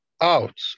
out